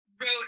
wrote